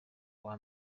uwa